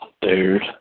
Dude